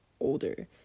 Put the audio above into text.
older